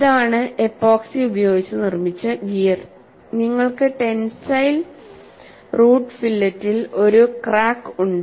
ഇതാണ് എപ്പോക്സി ഉപയോഗിച്ച് നിർമ്മിച്ച ഗിയർ നിങ്ങൾക്ക് ടെൻസൈൽ റൂട്ട് ഫില്ലറ്റിൽ ഒരു ക്രാക്ക് ഉണ്ട്